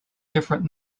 different